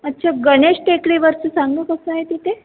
अच्छा गणेश टेकडीवरचं सांगा कसं आहे तिथे